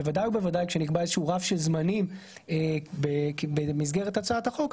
בוודאי ובוודאי כשנקבע רף של זמנים במסגרת הצעת החוק,